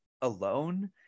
alone